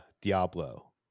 Diablo